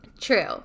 True